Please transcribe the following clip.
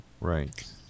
Right